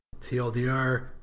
TLDR